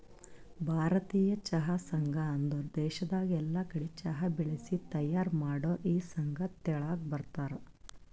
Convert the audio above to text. ಭಾರತೀಯ ಚಹಾ ಸಂಘ ಅಂದುರ್ ದೇಶದಾಗ್ ಎಲ್ಲಾ ಕಡಿ ಚಹಾ ಬೆಳಿಸಿ ತೈಯಾರ್ ಮಾಡೋರ್ ಈ ಸಂಘ ತೆಳಗ ಬರ್ತಾರ್